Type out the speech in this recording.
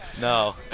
No